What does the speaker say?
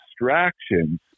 distractions